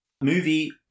movie